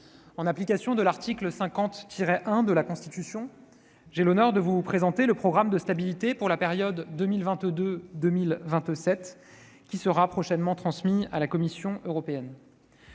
en application de l'article 50-1 de la Constitution, j'ai l'honneur de vous présenter le programme de stabilité pour la période 2022-2027, qui sera prochainement transmis à la Commission européenne.